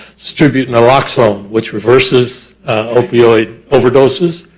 distributing the rocks on which reverses opioid overdoses.